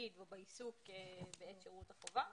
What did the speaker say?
בתפקיד ובעיסוק בעת שירות החובה.